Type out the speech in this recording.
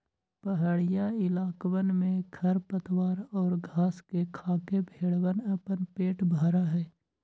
पहड़ीया इलाकवन में खरपतवार और घास के खाके भेंड़वन अपन पेट भरा हई